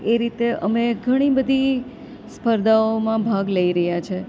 એ રીતે અમે ઘણી બધી સ્પર્ધાઓમાં ભાગ લઈ રહ્યા છે